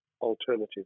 alternative